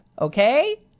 Okay